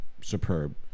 superb